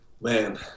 Man